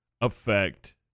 affect